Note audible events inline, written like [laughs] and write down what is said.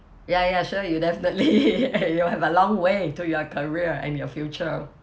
ya ya sure you definitely [laughs] eh you have a long way into your career and your future